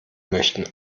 möchten